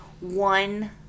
one